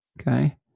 Okay